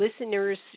listeners